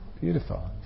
Beautiful